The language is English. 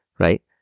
right